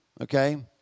okay